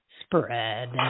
Spread